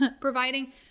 providing